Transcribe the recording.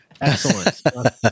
Excellent